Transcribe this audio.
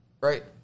Right